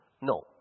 No